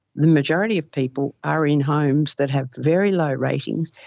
the majority of people are in homes that have very low ratings,